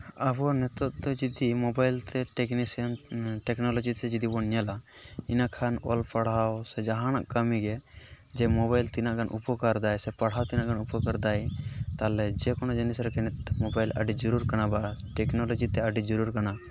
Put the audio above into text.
ᱟᱵᱚᱣᱟᱜ ᱱᱤᱛᱚᱜ ᱛᱮ ᱡᱩᱫᱤ ᱢᱳᱵᱟᱭᱤᱞ ᱛᱮ ᱴᱮᱠᱱᱤᱥᱤᱭᱟᱱ ᱴᱮᱠᱱᱳᱞᱚᱡᱤ ᱥᱮᱫ ᱡᱩᱫᱤ ᱵᱚᱱ ᱧᱮᱞᱟ ᱤᱱᱟᱹ ᱠᱷᱟᱱ ᱚᱞ ᱯᱟᱲᱦᱟᱣ ᱥᱮ ᱡᱟᱦᱟᱱᱟᱜ ᱠᱟᱹᱢᱤᱜᱮ ᱡᱮ ᱢᱳᱵᱟᱭᱤᱞ ᱛᱤᱱᱟᱹᱜ ᱜᱟᱱ ᱩᱯᱚᱠᱟᱨ ᱫᱟᱭ ᱥᱮ ᱯᱟᱲᱦᱟᱜ ᱛᱤᱱᱟᱹᱜ ᱜᱟᱱ ᱩᱯᱚᱠᱟᱨ ᱮᱫᱟᱭ ᱛᱟᱦᱚᱞᱮ ᱡᱮᱠᱚᱱᱳ ᱡᱤᱱᱤᱥ ᱨᱮᱜᱮ ᱢᱳᱵᱟᱭᱤᱞ ᱟᱹᱰᱤ ᱡᱟᱹᱨᱩᱲ ᱠᱟᱱᱟ ᱟᱵᱟᱨ ᱴᱮᱠᱱᱳᱞᱚᱡᱤ ᱛᱮ ᱟᱹᱰᱤ ᱡᱟᱹᱨᱩᱲ ᱠᱟᱱᱟ